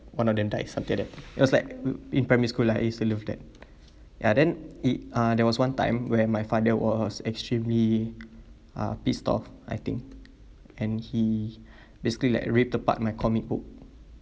one of them died something like that it was like in primary school lah I used to love that ya then i~ uh there was one time where my father was extremely uh pissed off I think and he basically like ripped apart my comic book